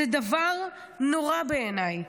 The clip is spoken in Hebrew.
זה דבר נורא בעיניי.